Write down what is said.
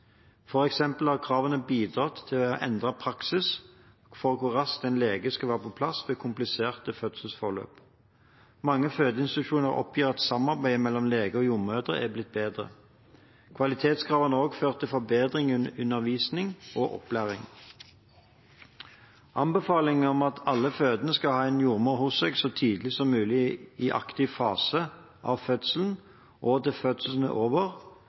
har kravene bidratt til å endre praksis for hvor raskt en lege skal være på plass ved kompliserte fødselsforløp. Mange fødeinstitusjoner oppgir at samarbeidet mellom leger og jordmødre er blitt bedre. Kvalitetskravene har også ført til forbedring i undervisning og opplæring. Anbefalingen om at alle fødende skal ha en jordmor hos seg så tidlig som mulig i aktiv fase av fødselen og til fødselen er over,